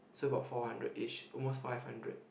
so about four hundred ish almost five hundred